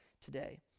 today